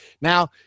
Now